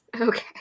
Okay